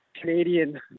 Canadian